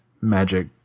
magic